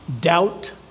doubt